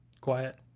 quiet